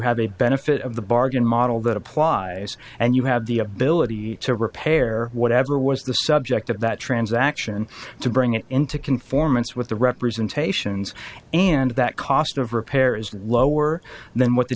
have a benefit of the bargain model that applies and you have the ability to repair whatever was the subject of that transaction to bring it into conformance with the representations and that cost of repair is lower than what the